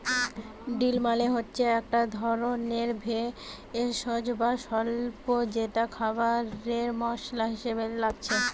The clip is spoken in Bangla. ডিল মানে হচ্ছে একটা ধরণের ভেষজ বা স্বল্প যেটা খাবারে মসলা হিসাবে লাগছে